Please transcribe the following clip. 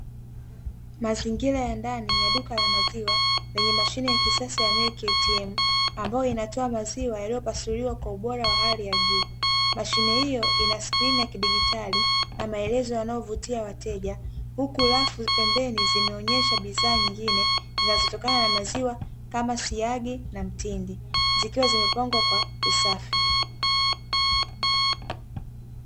Mazingira ya ndani ya duka la maziwa, lenye mashine ya kisasa ya "MILK ATM", ambayo inatoa maziwa yaliyopasuliwa kwa ubora wa hali ya juu, mashine hiyo ina skrini ya kidijitali na maelezo yanayovutia wateja, huku rafu pembeni zimeonyesha bidhaa nyingine zinazotokana na maziwa kama siagi na mtindi, zikiwa zimepangwa kwa usafi.